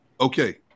okay